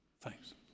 Thanks